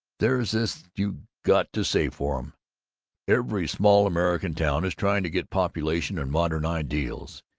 there's this you got to say for em every small american town is trying to get population and modern ideals.